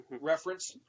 reference